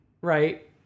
right